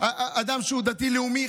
אדם שהוא דתי-לאומי,